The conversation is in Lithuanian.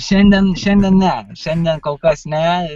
šiandien šiandien ne šiandien kol kas ne